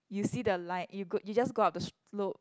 you see the light you go you just go up the slope